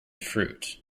fruit